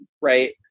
Right